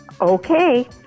Okay